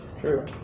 True